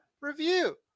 review